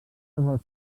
els